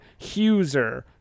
Huser